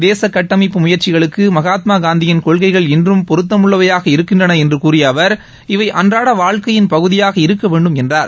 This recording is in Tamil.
தேச கட்டமைப்பு முயற்சிகளுக்கு மகாத்மா காந்தியிள் கொள்கைகள் இன்றும் பொருத்தமுள்ளவையாக இருக்கின்றன என்று கூறிய அவர் இவை அன்றாட வாழ்க்கையின் பகுதியாக இருக்க வேண்டும் என்றார்